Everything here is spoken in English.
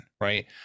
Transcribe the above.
right